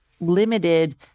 limited